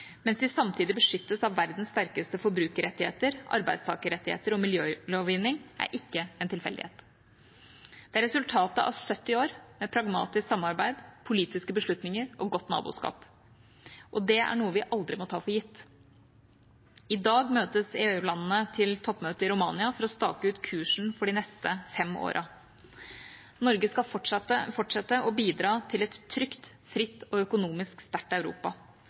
mens de samtidig beskyttes av verdens sterkeste forbrukerrettigheter, arbeidstakerrettigheter og miljølovgivning, er ikke en tilfeldighet. Det er resultatet av 70 år med pragmatisk samarbeid, politiske beslutninger og godt naboskap. Og det er noe vi aldri må ta for gitt. I dag møtes EU-landene til toppmøte i Romania for å stake ut kursen for de neste fem årene. Norge skal fortsette å bidra til et trygt, fritt og økonomisk sterkt Europa.